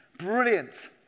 Brilliant